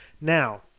Now